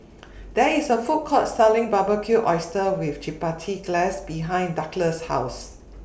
There IS A Food Court Selling Barbecued Oysters with Chipotle Glaze behind Douglas' House